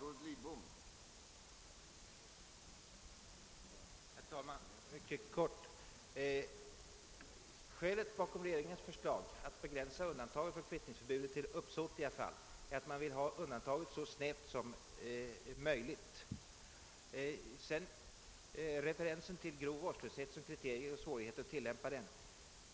Herr talman! Jag skall fatta mig mycket kort. Skälet till regeringens förslag att begränsa undantaget från kvittningsförbudet till uppsåtliga fall är, att man vill ha undantaget så snävt som möjligt. Beträffande referensen till grov vårdslöshet som kriterium och svårigheten vid tillämpningen